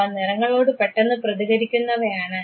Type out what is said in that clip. അവ നിറങ്ങളോട് പെട്ടെന്ന് പ്രതികരിക്കുന്നവയാണ്